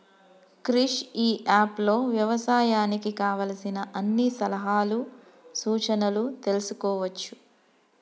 క్రిష్ ఇ app లో వ్యవసాయానికి కావలసిన అన్ని సలహాలు సూచనలు తెల్సుకోవచ్చు